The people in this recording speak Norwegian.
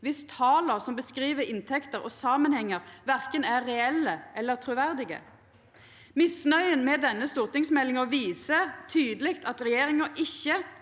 viss tala som beskriv inntekter og samanhengar, verken er reelle eller truverdige? Misnøya med denne stortingsmeldinga viser tydeleg at regjeringa ikkje